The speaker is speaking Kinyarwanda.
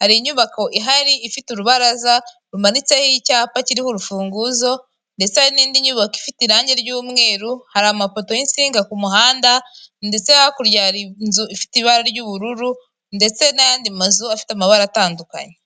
hari inyubako ihari ifite urubaraza, rumanitseho icyapa kiriho urufunguzo ndetse hari n'indi nyubako ifite irangi ry'umweru, hari amapoto y'insinga ku muhanda ndetse hakurya hari inzu ifite ibara ry'ubururu ndetse n'ayandi mazu afite amabara atandukanye.